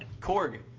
Korg